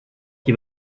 qui